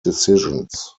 decisions